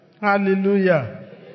Hallelujah